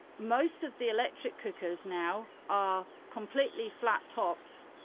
most of the electric cookers now are completely flat tops,